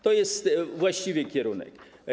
To jest właściwy kierunek.